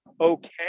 okay